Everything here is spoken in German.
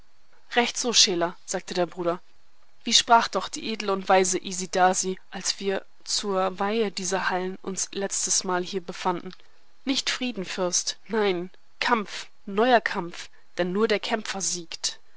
recht so chela sagte der bruder wie sprach doch die edle und weise isidasi als wir zur weihe dieser hallen uns letztes mal hier befanden nicht frieden fürst nein kampf neuer kampf denn nur der kämpfer siegt